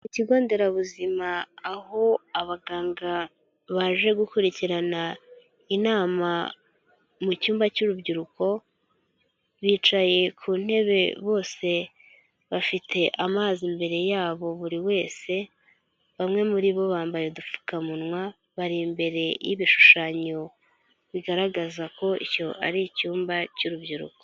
Ku kigo nderabuzima aho abaganga baje gukurikirana inama mu cyumba cy'urubyiruko, bicaye ku ntebe bose bafite amazi imbere yabo buri wese, bamwe muri bo bambaye udupfukamunwa bari imbere y'ibishushanyo bigaragaza ko icyo ari icyumba cy'urubyiruko.